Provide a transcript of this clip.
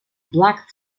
black